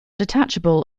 detachable